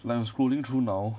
like I'm scrolling through now